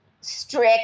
strict